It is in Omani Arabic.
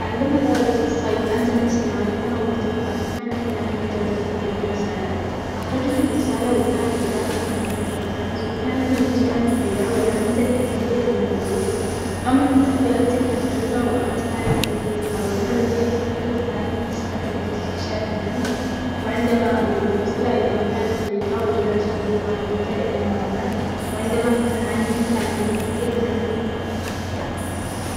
ذات مساء، اكتشفت صيادة مسنة زجاجة تحتوي على رسالة داخلها. كانت الزجاجة مغلقة بإحكام وعليها علامات قديمة. فتحتها ببطء وقرأت الرسالة، التي كانت مكتوبة بخط غريب، تخبرها عن كنز مفقود في مكان بعيد. قررت الصيادة أن تخرج في مغامرة جديدة للبحث عن هذا الكنز، متحدية كل الصعاب.